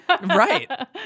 Right